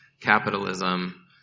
capitalism